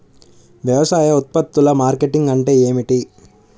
వ్యవసాయ ఉత్పత్తుల మార్కెటింగ్ అంటే ఏమిటి?